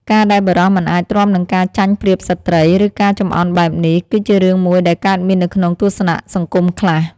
ការដែលបុរសមិនអាចទ្រាំនឹងការចាញ់ប្រៀបស្ត្រី ឬការចំអន់បែបនេះ គឺជារឿងមួយដែលកើតមាននៅក្នុងទស្សនៈសង្គមខ្លះ។